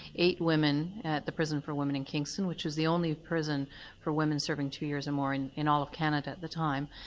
eight women at the prison for women in kingston, which was the only prison for women serving two years or and more in in all of canada at the time,